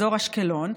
באזור אשקלון,